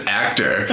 actor